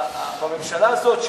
שדווקא בממשלה הזאת,